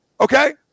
Okay